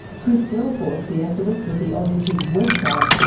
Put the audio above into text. chris delforce, the activist with the aussie pigs website,